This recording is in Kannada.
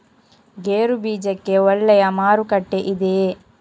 ಗೇರು ಬೀಜಕ್ಕೆ ಒಳ್ಳೆಯ ಮಾರುಕಟ್ಟೆ ಇದೆಯೇ?